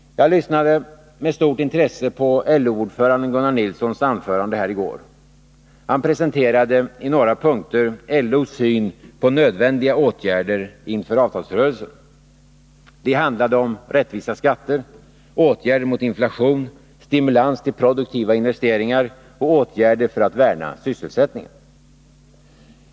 Jag lyssnade med stort intresse på LO-ordföranden Gunnar Nilssons anförande här i går. Han presenterade i några punkter LO:s syn på nödvändiga åtgärder inför avtalsrörelsen. Det handlade om rättvisa skatter, åtgärder mot inflation, stimulans till produktiva investeringar och åtgärder för att värna sysselsättningen.